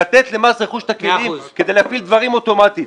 לתת למס רכוש את הכלים כדי להפעיל דברים אוטומטית.